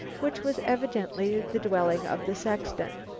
which was evidently the dwelling of the sexton.